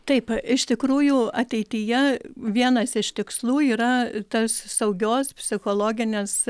taip iš tikrųjų ateityje vienas iš tikslų yra tos saugios psichologinės